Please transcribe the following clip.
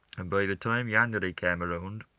and by the time ianuary came around,